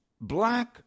black